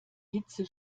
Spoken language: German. hitze